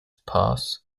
pass